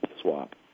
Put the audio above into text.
swap